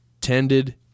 tended